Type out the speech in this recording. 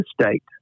state